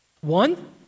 One